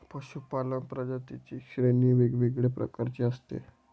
पशूपालन प्रजातींची श्रेणी वेगवेगळ्या प्रकारची असते